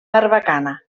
barbacana